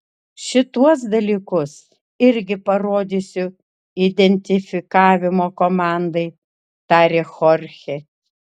šituos dalykus irgi parodysiu identifikavimo komandai tarė chorchė